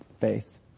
faith